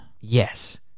yes